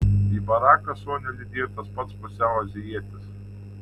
į baraką sonią lydėjo tas pats pusiau azijietis